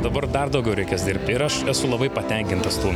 dabar dar daugiau reikės dirbti ir aš esu labai patenkintas tuom